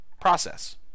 process